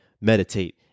meditate